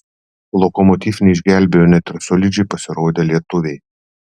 lokomotiv neišgelbėjo net ir solidžiai pasirodę lietuviai